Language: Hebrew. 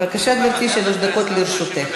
בבקשה, גברתי, שלוש דקות לרשותך.